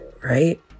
right